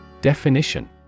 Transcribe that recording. Definition